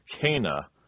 Cana